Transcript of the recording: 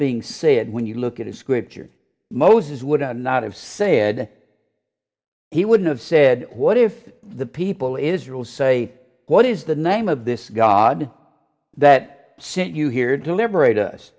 being said when you look at a scripture moses would not have said he wouldn't have said what if the people in israel say what is the name of this god that sent you here to liberate us